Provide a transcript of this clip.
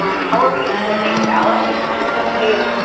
um how are we going to coordinate with allies? in some ways,